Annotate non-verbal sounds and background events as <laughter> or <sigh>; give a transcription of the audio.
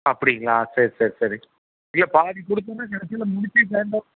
அப்படிங்களா sir sir சரி இல்லை பாதி கொடுத்தோன்னா கடைசியில முடிச்சு <unintelligible>